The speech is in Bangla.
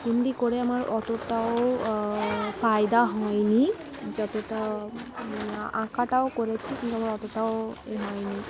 হিন্দি করে আমার অতটাও ফায়দা হয়নি যতটা আঁকাটাও করেছেি কিন্তু আমার অতটাও এ হয়নি